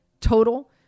total